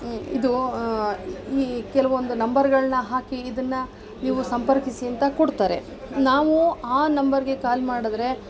ಇದು ಈ ಕೆಲವೊಂದು ನಂಬರ್ಗಳನ್ನ ಹಾಕಿ ಇದನ್ನು ನೀವು ಸಂಪರ್ಕಿಸಿ ಅಂತ ಕೊಡ್ತಾರೆ ನಾವು ಆ ನಂಬರ್ಗೆ ಕಾಲ್ ಮಾಡಿದ್ರೆ